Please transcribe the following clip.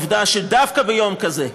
את העובדה שדווקא ביום כזה,